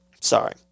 Sorry